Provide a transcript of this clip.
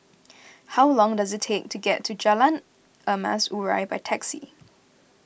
how long does it take to get to Jalan Emas Urai by taxi